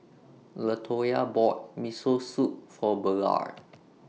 Latoya bought Miso Soup For Ballard